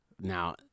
now